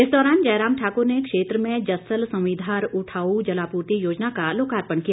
इस दौरान जयराम ठाकुर ने क्षेत्र में जस्सल सवींधार उठाऊ जलापूर्ति योजना का लोकार्पण किया